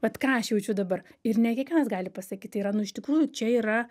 vat ką aš jaučiu dabar ir ne kiekvienas gali pasakyt tai yra nu iš tikrųjų čia yra